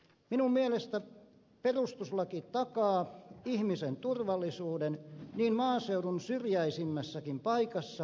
minun mielestäni perustuslaki takaa ihmisen turvallisuuden niin maaseudun syrjäisimmässäkin paikassa kuin kaupungissa